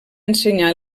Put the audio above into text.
ensenyar